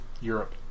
Europe